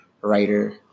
writer